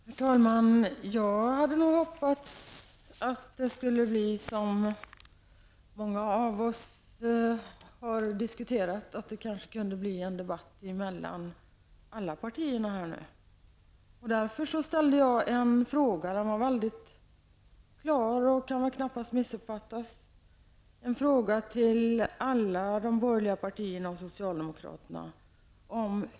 Herr talman! Jag hade hoppats att det skulle bli en debatt mellan alla partier. Jag ställde därför en fråga till alla de borgerliga partierna och socialdemokraterna. Den var klar och kunde knappast missuppfattas.